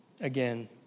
Again